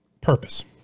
purpose